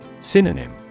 Synonym